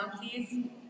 please